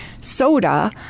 soda